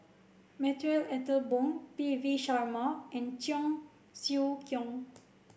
Marie Ethel Bong P V Sharma and Cheong Siew Keong